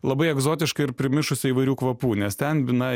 labai egzotišką ir primišusią įvairių kvapų nes ten na